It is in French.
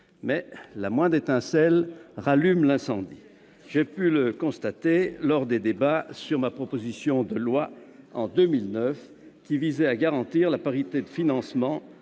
La moindre étincelle rallume l'incendie. J'ai pu le constater, en 2009, lors des débats sur ma proposition de loi tendant à garantir la parité de financement